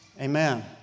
Amen